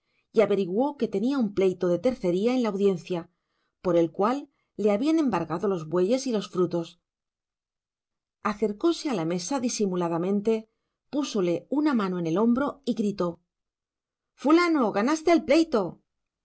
y averiguó que tenía un pleito de tercería en la audiencia por el cual le habían embargado los bueyes y los frutos acercóse a la mesa disimuladamente púsole una mano en el hombro y gritó fulano ganaste el pleito